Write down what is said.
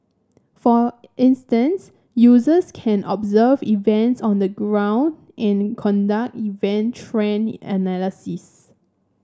for instance users can observe events on the ground and conduct event trend analysis